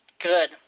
good